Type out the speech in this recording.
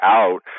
out